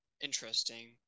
Interesting